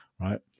right